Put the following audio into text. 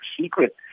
secret